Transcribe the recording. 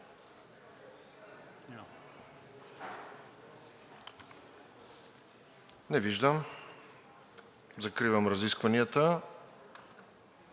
Не виждам. Закривам разискванията.